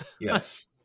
Yes